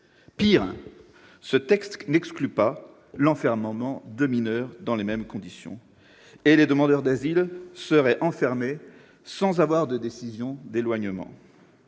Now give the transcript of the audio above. encore, ce texte n'exclut pas l'enfermement de mineurs dans les mêmes conditions, et il prévoit que les demandeurs d'asile puissent être enfermés sans avoir de décision d'éloignement.